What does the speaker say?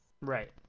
Right